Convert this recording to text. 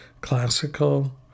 classical